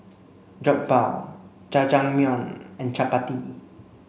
Jokbal Jajangmyeon and Chapati